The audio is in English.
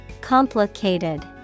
Complicated